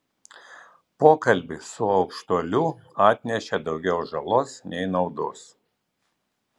pokalbis su aukštuoliu atnešė daugiau žalos nei naudos